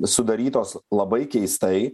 sudarytos labai keistai